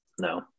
No